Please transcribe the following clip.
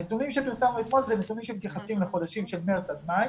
הנתונים שפרסמנו אתמול אלה נתונים שמתייחסים לחודשים מארס עד מאי